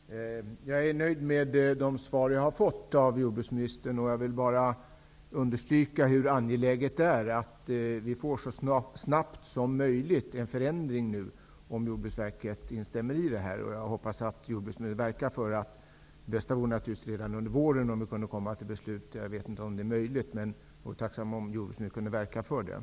Herr talman! Jag är nöjd med de svar som jag har fått av jordbruksministern. Jag vill bara understryka hur angeläget det är att vi så snabbt som möjligt får en ändring till stånd, om jordbruksverket instämmer i detta. Det bästa vore naturligtvis om det under våren kunde komma ett beslut, men jag vet inte om det är möjligt. Jag vore dock tacksam om jordbruksministern ville verka för detta.